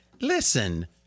listen